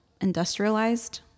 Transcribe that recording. industrialized